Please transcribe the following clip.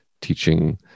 teaching